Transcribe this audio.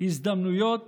הזדמנויות